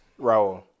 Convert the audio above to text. Raul